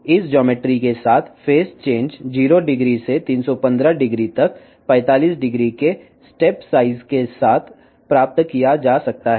ఇక్కడ ఈ జ్యామితి తో దశల మార్పును 450 నుండి 3150 వరకు దశల పరిమాణంతో సాధించవచ్చు